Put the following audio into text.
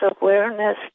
awareness